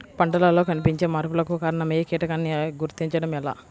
పంటలలో కనిపించే మార్పులకు కారణమయ్యే కీటకాన్ని గుర్తుంచటం ఎలా?